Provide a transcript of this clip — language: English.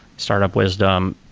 startup wisdom,